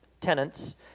tenants